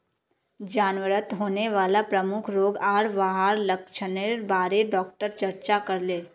जानवरत होने वाला प्रमुख रोग आर वहार लक्षनेर बारे डॉक्टर चर्चा करले